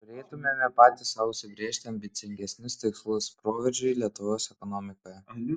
turėtumėme patys sau užsibrėžti ambicingesnius tikslus proveržiui lietuvos ekonomikoje